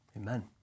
amen